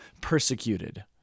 persecuted